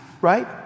right